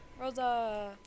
Rosa